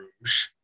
Rouge